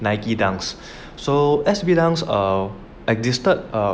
Nike dunk so S_B dunk err existed err